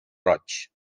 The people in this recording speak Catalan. roig